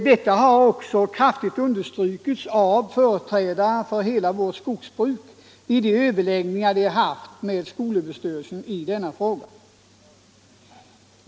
Detta har också kraftigt understrukits av företrädare för hela vårt skogsbruk vid de överläggningar de haft med skolöverstyrelsen i denna fråga.